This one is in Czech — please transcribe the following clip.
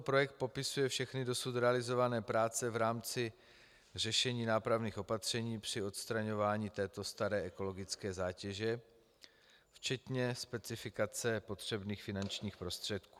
Projekt popisuje všechny dosud zrealizované práce v rámci řešení nápravných opatření při odstraňování této staré ekologické zátěže, včetně specifikace potřebných finančních prostředků.